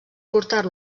portar